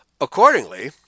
Accordingly